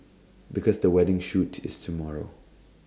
because the wedding shoot is tomorrow